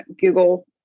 Google